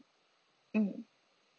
mm